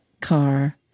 car